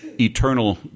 eternal